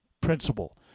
principle